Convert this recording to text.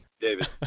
David